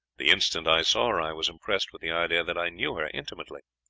the instant i saw her i was impressed with the idea that i knew her intimately.